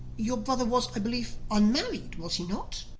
your brother was, i believe, unmarried, was he not?